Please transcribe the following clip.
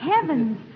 heavens